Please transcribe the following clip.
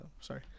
sorry